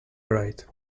right